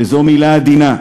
וזו מילה עדינה.